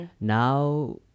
now